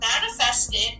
manifested